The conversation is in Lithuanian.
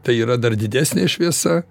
tai yra dar didesnė šviesa